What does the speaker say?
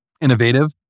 innovative